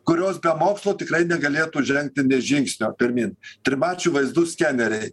kurios be mokslo tikrai negalėtų žengti nė žingsnio pirmyn trimačių vaizdų skeneriai